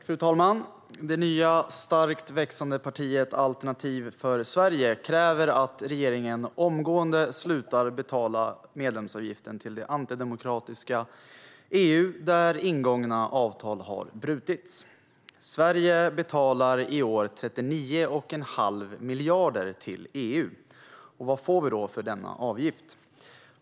Fru talman! Det nya och starkt växande partiet Alternativ för Sverige kräver att regeringen omgående slutar betala medlemsavgiften till det antidemokratiska EU, där ingångna avtal har brutits. Sverige betalar i år 39 1⁄2 miljard till EU. Vad får vi då för denna avgift?